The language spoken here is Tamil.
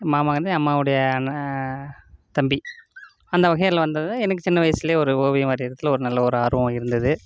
மாமாங்கிறது என் அம்மாவுடைய அண்ணன் தம்பி அந்த வகையில் வந்தது எனக்கு சின்ன வயிசில் ஒரு ஓவியம் வரையிரதில் ஒரு நல்ல ஒரு ஆர்வம் இருந்தது